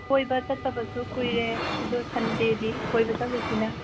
ꯀꯣꯏꯕ ꯆꯠꯇꯕꯁꯨ ꯀꯨꯏꯔꯦ ꯑꯗꯣ ꯁꯟꯗꯦꯗꯤ ꯀꯣꯏꯕ ꯆꯠꯂꯨꯁꯤꯅꯦ